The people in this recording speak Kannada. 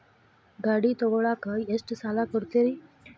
ಗಾಡಿ ತಗೋಳಾಕ್ ಎಷ್ಟ ಸಾಲ ಕೊಡ್ತೇರಿ?